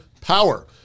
power